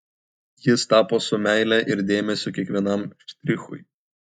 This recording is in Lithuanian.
jis tapo su meile ir dėmesiu kiekvienam štrichui